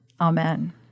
Amen